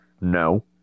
No